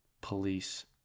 police